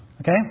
Okay